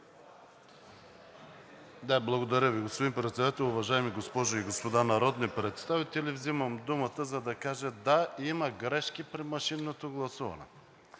Благодаря Ви. Господин Председател, уважаеми госпожи и господа народни представители! Взимам думата, за да кажа, да, има грешки при машинното гласуване.